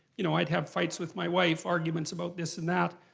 you know, i'd have fights with my wife, arguments about this and that.